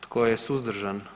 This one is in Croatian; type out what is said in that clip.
Tko je suzdržan?